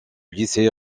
lycée